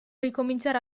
ricominciare